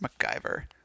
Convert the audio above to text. MacGyver